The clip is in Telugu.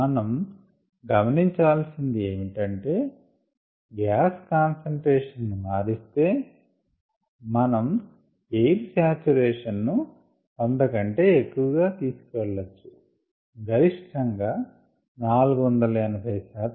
మనం గమనించాలసింది ఏమిటంటే గ్యాస్ కాన్సంట్రేషన్ ను మారిస్తే మనం ఎయిర్ సాచురేషన్ ను 100 కంటే ఎక్కువకు తీసుకెళ్లవచ్చు గరిష్టంగా 480 శాతం